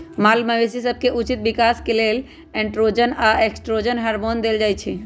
माल मवेशी सभके उचित विकास के लेल एंड्रोजन आऽ एस्ट्रोजन हार्मोन देल जाइ छइ